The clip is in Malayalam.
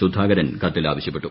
സുധാകരൻ കത്തിൽ ആവശ്യപ്പെട്ടു